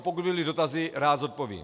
Pokud by byly dotazy, rád zodpovím.